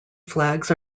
flags